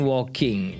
Walking